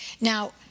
Now